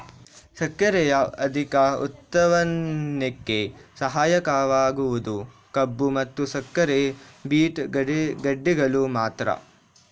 ಸಕ್ಕರೆಯ ಅಧಿಕ ಉತ್ಪನ್ನಕ್ಕೆ ಸಹಾಯಕವಾಗುವುದು ಕಬ್ಬು ಮತ್ತು ಸಕ್ಕರೆ ಬೀಟ್ ಗೆಡ್ಡೆಗಳು ಮಾತ್ರ